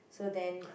so then